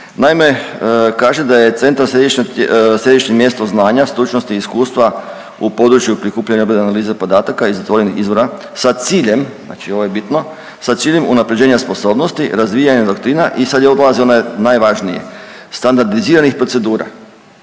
naime, kaže da je Centar središnje mjesto znanja, stručnosti, iskustva u području prikupljanja, obrade i analize podataka iz otvorenih izvora sa ciljem, znači ovo je bitno, sa ciljem unaprjeđenja sposobnosti, razvijanja doktrina i sad dolazi onaj najvažniji, standardiziranih procedura